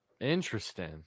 Interesting